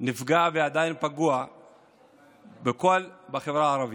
נפגע ועדיין פגוע בכל החברה הערבית.